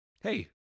Hey